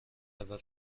اول